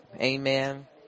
Amen